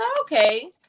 okay